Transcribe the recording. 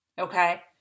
okay